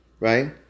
right